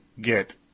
get